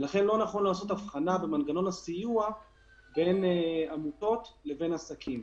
ולכן לא נכון לעשות הבחנה במנגנון הסיוע בין עמותות לבין עסקים.